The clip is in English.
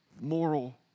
Moral